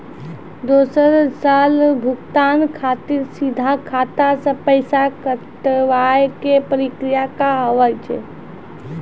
दोसर साल भुगतान खातिर सीधा खाता से पैसा कटवाए के प्रक्रिया का हाव हई?